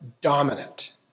dominant